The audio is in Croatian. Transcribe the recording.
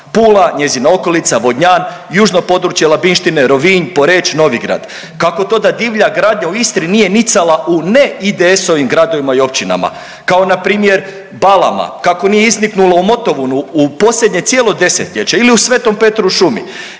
Pula, njezina okolica, Vodnjan, Južno područje Labinštine, Rovinj, Poreč, Novigrad. Kako to da divlja gradnja u Istri nije nicala u ne IDS-ovim gradovima i općinama kao npr. Balama, kako nije izniknulo u Motovunu u posljednje cijelo 10-ljeće ili u Svetom Petru u šumi?